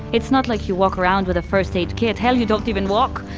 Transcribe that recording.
it's not like you walk around with a first aid kit hell, you don't even walk.